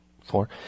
Four